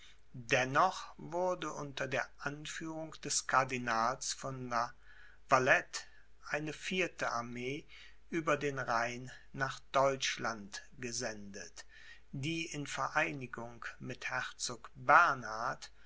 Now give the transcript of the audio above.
dennoch wurde unter der anführung des cardinals von la valette eine vierte armee über den rhein nach deutschland gesendet die in vereinigung mit herzog bernhard